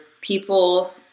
people